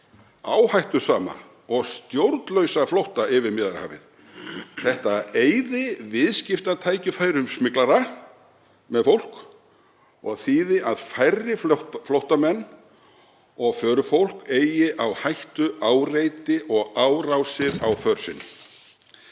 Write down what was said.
áhættusama og stjórnlausa flótta yfir Miðjarðarhafið. Það eyði viðskiptatækifærum smyglara með fólk og þýði að færri flóttamenn og förufólk eigi á hættu áreiti og árásir á för sinni.